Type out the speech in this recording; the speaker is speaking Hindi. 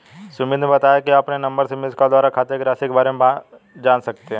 सुमित ने बताया कि आप अपने नंबर से मिसकॉल द्वारा खाते की राशि के बारे में जान सकते हैं